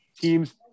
teams